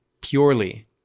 purely